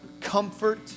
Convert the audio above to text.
comfort